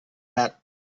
that